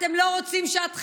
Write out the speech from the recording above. אתם לא רוצים שעת חירום.